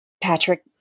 Patrick